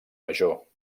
major